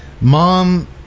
Mom